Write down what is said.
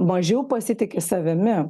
mažiau pasitiki savimi